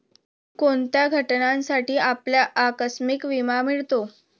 कोणत्या घटनांसाठी आपल्याला आकस्मिक विमा मिळतो?